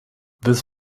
this